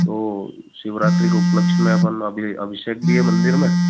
तो शिवरात्रि के उपलक्ष्य में अपन अभी अभिषेक भी मंदिर में